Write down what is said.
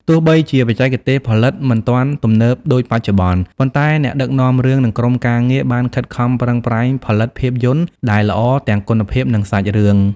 ទោះបីជាបច្ចេកទេសផលិតមិនទាន់ទំនើបដូចបច្ចុប្បន្ន ប៉ុន្តែអ្នកដឹកនាំរឿងនិងក្រុមការងារបានខិតខំប្រឹងប្រែងផលិតភាពយន្តដែលល្អទាំងគុណភាពនិងសាច់រឿង។